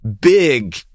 big